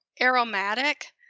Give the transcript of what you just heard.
aromatic